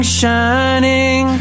shining